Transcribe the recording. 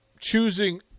choosing